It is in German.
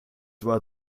war